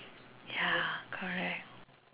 ya correct